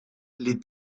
les